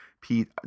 Pete